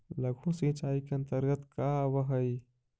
लघु सिंचाई के अंतर्गत का आव हइ?